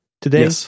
today